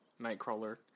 Nightcrawler